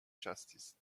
justice